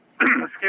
Excuse